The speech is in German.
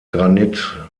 granit